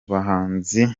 bahanzi